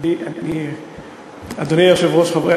אדוני היושב-ראש,